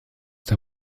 der